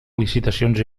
licitacions